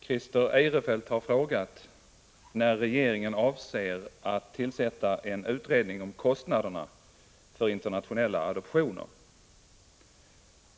Herr talman! Christer Eirefelt har frågat när regeringen avser att tillsätta en utredning om kostnaderna för internationella adoptioner.